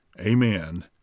Amen